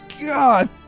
God